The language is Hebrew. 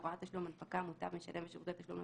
"הוראת תשלום",